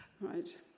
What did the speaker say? right